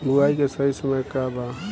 बुआई के सही समय का वा?